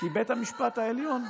כי בית המשפט העליון,